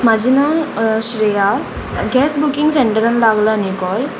म्हाजें नांव Shreya gas booking सेंटरान लागला न्ही कॉल